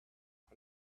out